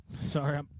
sorry